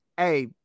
Hey